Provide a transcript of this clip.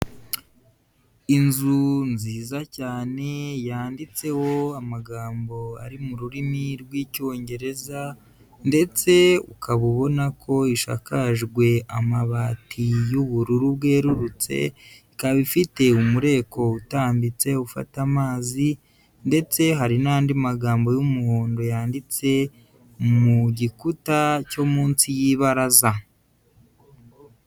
Inzu nziza cyane yanditseho amagambo ari mu rurimi rw'Icyongereza ndetse ukaba ubona ko ishakajwe amabati y'ubururu bwerurutse, ikaba ifite umureko utambitse ufata amazi ndetse hari n'andi magambo y'umuhondo yanditse mu gikuta cyo munsi y'ibaraza.